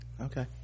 Okay